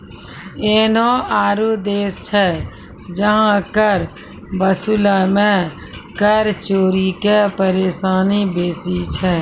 एहनो आरु देश छै जहां कर वसूलै मे कर चोरी के परेशानी बेसी छै